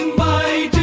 by